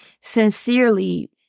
sincerely